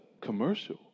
commercial